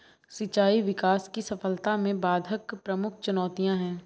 सिंचाई विकास की सफलता में बाधक प्रमुख चुनौतियाँ है